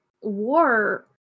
war